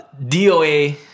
DOA